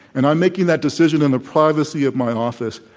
and i'm making that decision in theprivacy of my office.